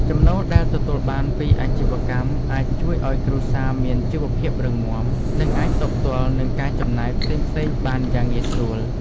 ចំណូលដែលទទួលបានពីអាជីវកម្មអាចជួយឱ្យគ្រួសារមានជីវភាពរឹងមាំ និងអាចទប់ទល់នឹងការចំណាយផ្សេងៗបានយ៉ាងងាយស្រួល។